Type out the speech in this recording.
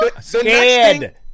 Scared